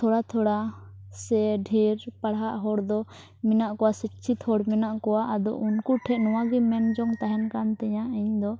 ᱛᱷᱚᱲᱟ ᱛᱷᱚᱲᱟ ᱥᱮ ᱰᱷᱮᱹᱨ ᱯᱟᱲᱦᱟᱜ ᱦᱚᱲ ᱫᱚ ᱢᱮᱱᱟᱜ ᱠᱚᱣᱟ ᱥᱤᱪᱪᱷᱤᱛ ᱦᱚᱲ ᱢᱮᱱᱟᱜ ᱠᱚᱣᱟ ᱟᱫᱚ ᱩᱱᱠᱩ ᱴᱷᱮᱱ ᱱᱚᱣᱟ ᱜᱮ ᱢᱮᱱ ᱡᱚᱝ ᱛᱟᱦᱮᱱ ᱠᱟᱱ ᱛᱤᱧᱟᱹ ᱤᱧ ᱫᱚ